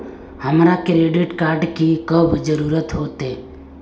हमरा credit card की कब जरूरत होते?